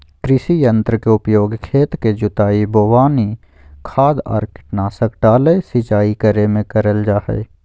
कृषि यंत्र के उपयोग खेत के जुताई, बोवनी, खाद आर कीटनाशक डालय, सिंचाई करे मे करल जा हई